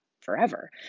forever